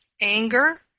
anger